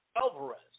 Alvarez